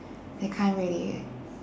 they can't really